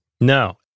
No